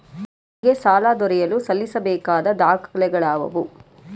ನನಗೆ ಸಾಲ ದೊರೆಯಲು ಸಲ್ಲಿಸಬೇಕಾದ ದಾಖಲೆಗಳಾವವು?